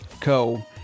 Co